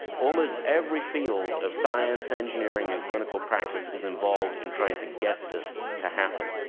almost every field of science engineering and clinical practice is involved in trying to get this to happen.